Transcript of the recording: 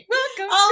Welcome